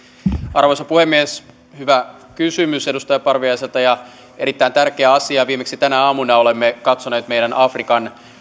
arvoisa puhemies hyvä kysymys edustaja parviaiselta ja erittäin tärkeä asia viimeksi tänä aamuna olemme katsoneet meidän afrikan